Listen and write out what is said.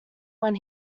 when